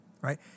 right